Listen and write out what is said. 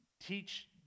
teach